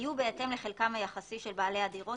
יהיו בהתאם לחלקם היחסי של בעלי הדירות